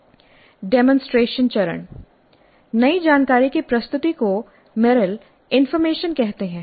demonstration चरण नई जानकारी की प्रस्तुति को मेरिल इंफॉर्मेशन कहते हैं